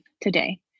today